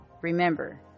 Remember